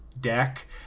deck